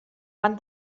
van